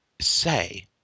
say